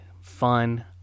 fun